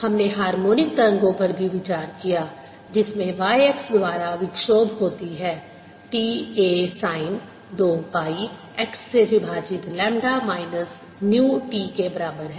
हमने हार्मोनिक तरंगों पर भी विचार किया जिसमें y x द्वारा विक्षोभ होती है t A sine 2 pi x से विभाजित लैम्ब्डा माइनस न्यू t के बराबर है